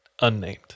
unnamed